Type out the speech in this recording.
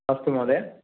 अस्तु महोदय